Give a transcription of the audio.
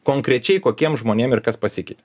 konkrečiai kokiem žmonėm ir kas pasikeitė